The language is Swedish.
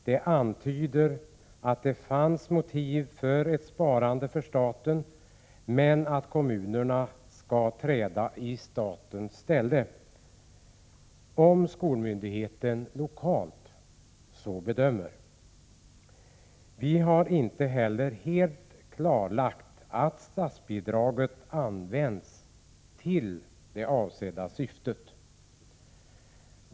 Det antyder att det fanns motiv för ett sparande för staten, men att kommunerna skall träda i statens ställe om skolmyndigheten lokalt så bedömer. Vi har inte heller helt klarlagt att statsbidraget används till det avsedda syftet.